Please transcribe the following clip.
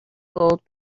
gold